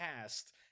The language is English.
cast